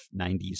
90s